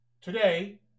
Today